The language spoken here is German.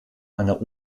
einer